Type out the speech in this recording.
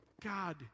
God